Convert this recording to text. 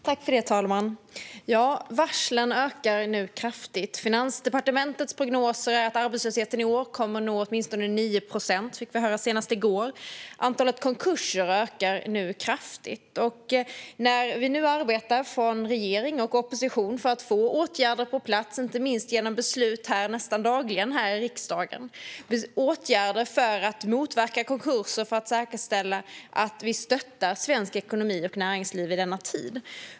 Herr talman! Varslen ökar nu kraftigt. Finansdepartementets senaste prognos, som vi fick höra i går, är att arbetslösheten i år kommer att nå åtminstone 9 procent. Även antalet konkurser ökar nu kraftigt. Regeringen och oppositionen arbetar för att få åtgärder på plats, inte minst genom beslut här i riksdagen nästan dagligen. Det är åtgärder för att motverka konkurser och säkerställa att vi stöttar svensk ekonomi och svenskt näringsliv i denna tid.